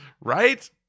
Right